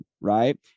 Right